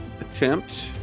attempt